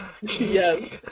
Yes